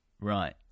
Right